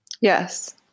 Yes